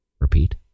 repeat